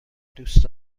دوست